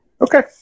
Okay